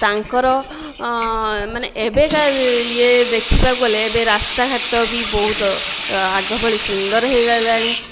ତାଙ୍କର ମାନେ ଏବେକା ଇଏ ଦେଖିବାକୁ ଗଲେ ଏବେ ରାସ୍ତାଘାଟ ବି ବହୁତ ଆଗ ଭଳି ସୁନ୍ଦର ହୋଇଗଲାଣି